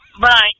Bye